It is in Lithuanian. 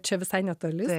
čia visai netoli